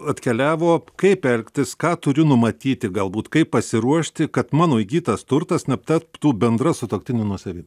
atkeliavo kaip elgtis ką turiu numatyti galbūt kaip pasiruošti kad mano įgytas turtas netaptų bendra sutuoktinių nuosavybe